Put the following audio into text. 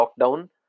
lockdown